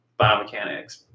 biomechanics